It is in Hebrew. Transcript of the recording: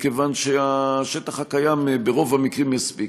מכיוון שהשטח הקיים ברוב המקרים יספיק.